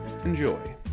Enjoy